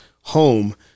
home